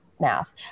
Math